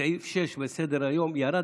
שסעיף 6 בסדר-היום ירד